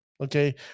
okay